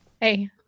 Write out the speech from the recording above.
Hey